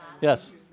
Yes